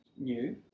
new